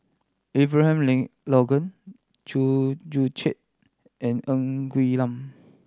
Abraham Logan Chew Joo Chiat and Ng Quee Lam